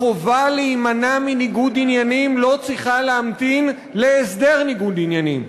החובה להימנע מניגוד עניינים לא צריכה להמתין להסדר ניגוד עניינים.